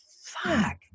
fuck